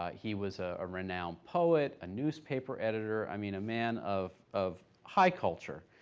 ah he was ah a renowned poet, a newspaper editor, i mean, a man of of high culture,